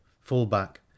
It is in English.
Fullback